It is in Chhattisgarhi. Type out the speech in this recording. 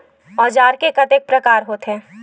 औजार के कतेक प्रकार होथे?